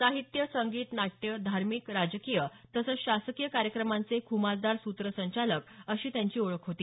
साहित्य संगीत नाट्य धार्मिक राजकीय तसंच शासकीय कार्यक्रमांचे खुमासदार सूत्रसंचालक अशी त्यांची ओळख होती